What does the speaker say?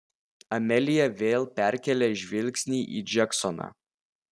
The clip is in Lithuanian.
amelija vėl perkėlė žvilgsnį į džeksoną